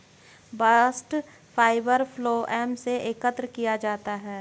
bast fibre phloem से एकत्र किया जाता है